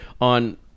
on